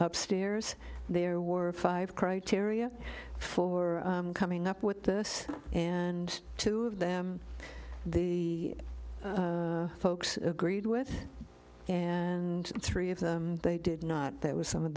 upstairs there were five criteria for coming up with this and two of them the folks agreed with and three of them they did not that was some of